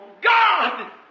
God